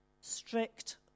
strict